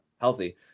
healthy